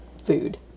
Food